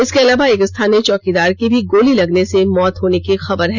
इसके अलावा एक स्थानीय चौकीदार की भी गोली लगने से मौत होने की खबर है